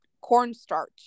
cornstarch